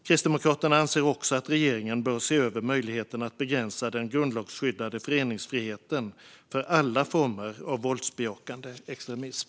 Kristdemokraterna anser också att regeringen bör se över möjligheten att begränsa den grundlagsskyddade föreningsfriheten för alla former av våldsbejakande extremism.